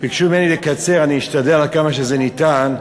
ביקשו ממני לקצר, אני אשתדל עד כמה שזה ניתן.